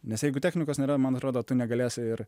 nes jeigu technikos nėra man atrodo tu negalėsi ir